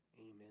amen